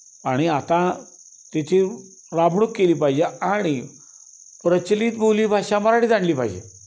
आणि आता त्याची राबवणूक केली पाहिजे आणि प्रचलित बोलीभाषा मराठीत आणली पाहिजे